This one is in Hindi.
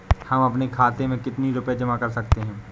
हम अपने खाते में कितनी रूपए जमा कर सकते हैं?